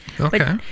Okay